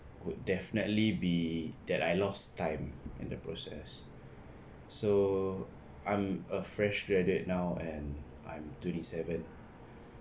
would definitely be that I lost time in the process so I'm a fresh graduate now and I'm twenty seven